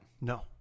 No